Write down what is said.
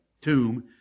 tomb